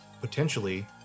potentially